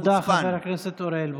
תודה, חבר הכנסת אוריאל בוסו.